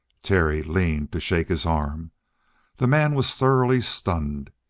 terry leaned to shake his arm the man was thoroughly stunned.